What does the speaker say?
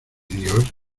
dios